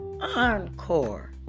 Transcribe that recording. encore